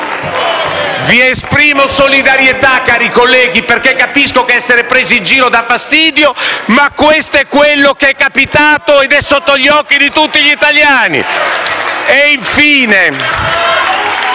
Vi esprimo solidarietà, cari colleghi, perché capisco che essere presi in giro dà fastidio, ma questo è quello che è capitato ed è sotto gli occhi di tutti gli italiani. *(Applausi